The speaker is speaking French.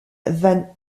van